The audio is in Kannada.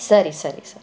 ಸರಿ ಸರಿ ಸರಿ